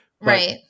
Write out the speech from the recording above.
Right